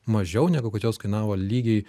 mažiau negu kad jos kainavo lygiai